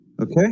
okay